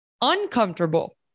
uncomfortable